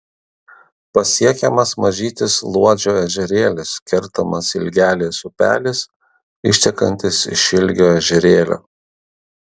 pasiekiamas mažytis luodžio ežerėlis kertamas ilgelės upelis ištekantis iš ilgio ežerėlio